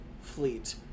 fleet